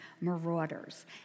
marauders